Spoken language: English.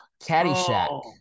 Caddyshack